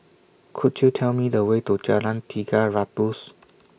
Could YOU Tell Me The Way to Jalan Tiga Ratus